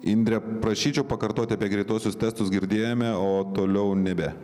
indre prašyčiau pakartot apie greituosius testus girdėjome o toliau nebe